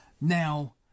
Now